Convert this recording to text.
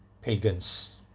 pagans